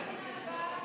להצבעה?